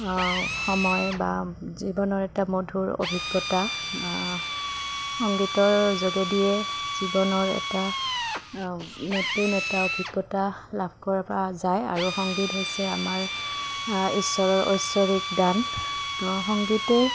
সময় বা জীৱনৰ এটা মধুৰ অভিজ্ঞতা সংগীতৰ যোগেদিয়ে জীৱনৰ এটা নতুন এটা অভিজ্ঞতা লাভ কৰা যায় আৰু সংগীত হৈছে আমাৰ ঈশ্বৰৰ ঐশ্বৰক দান তো সংগীতেই